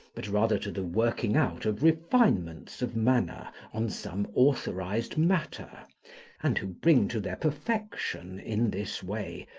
but rather to the working out of refinements of manner on some authorised matter and who bring to their perfection, in this way,